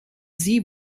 sie